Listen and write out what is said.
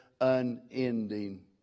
unending